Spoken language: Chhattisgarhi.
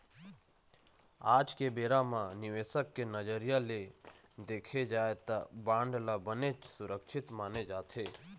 आज के बेरा म निवेसक के नजरिया ले देखे जाय त बांड ल बनेच सुरक्छित माने जाथे